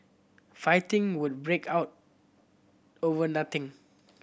fighting would break out over nothing